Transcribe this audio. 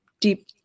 deep